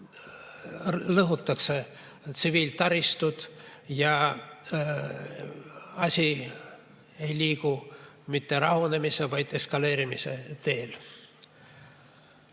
lõhutakse tsiviiltaristuid ja asi ei liigu mitte rahunemise, vaid eskaleerimise teed.